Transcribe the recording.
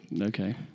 Okay